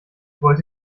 wollte